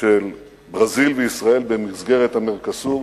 של ברזיל וישראל במסגרת ה"מרקוסור",